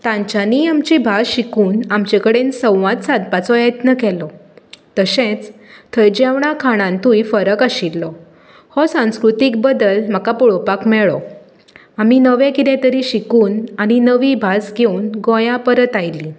तांच्यानीय आमची भास शिकून आमचे कडेन संवाद सादपाचो यत्न केलो तशेंच थंय जेवणां खाणांतूय फरक आशिल्लो हो सांस्कृतीक बदल म्हाका पळोवपाक मेळ्ळो आमी नवें कितें तरी शिकून आनी नवी भास घेवन गोंया परत आयलीं